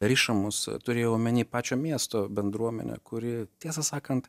riša mus turėjau omeny pačio miesto bendruomenę kuri tiesą sakant